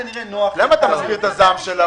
למה אתה מסביר את הזעם שלה?